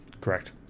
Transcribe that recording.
Correct